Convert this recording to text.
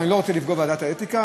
אני לא רוצה לפגוע בוועדת האתיקה,